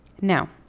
Now